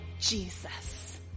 Jesus